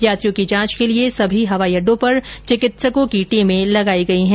यात्रियों की जांच के लिए सभी हवाई अड्डों पर चिकित्सकों की टीमें लगाई गई है